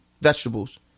vegetables